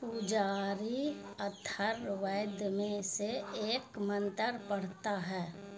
پجاری اتھر وید میں سے ایک منتر پڑھتا ہے